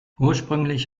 ursprünglich